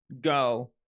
go